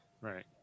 right